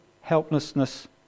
helplessness